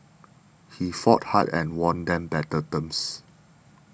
he fought hard and won them better terms